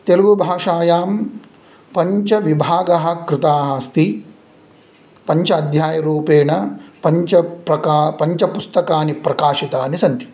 तेलुगुभाषायां पञ्चविभागः कृताः अस्ति पञ्च अध्यायरूपेण पञ्चप्रका पञ्चपुस्तकानि प्रकाशितानि सन्ति